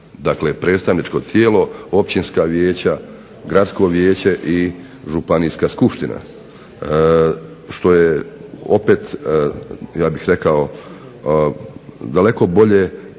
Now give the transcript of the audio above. Dakle, predstavničko tijelo, općinska vijeća, gradsko vijeće i županijska skupština što je opet ja bih rekao daleko bolje